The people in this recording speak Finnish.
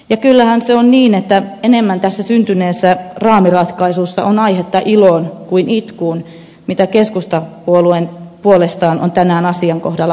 ja kyllähän se on niin että enemmän tässä syntyneessä raamiratkaisussa on aihetta iloon kuin itkuun mitä keskusta puolestaan on tänään asian kohdalla harjoittanut